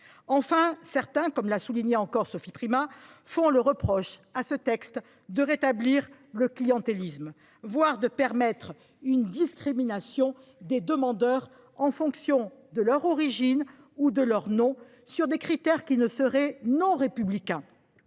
Enfin, comme l’a souligné Sophie Primas, certains reprochent à ce texte de rétablir le clientélisme, voire de permettre une discrimination des demandeurs en fonction de leur origine ou de leur nom sur des critères qui seraient non républicains.